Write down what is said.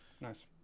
nice